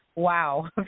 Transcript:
Wow